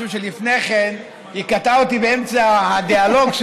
משום שלפני כן היא קטעה אותי באמצע הדיאלוג,